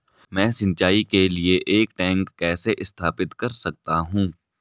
मैं सिंचाई के लिए एक टैंक कैसे स्थापित कर सकता हूँ?